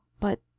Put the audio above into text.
But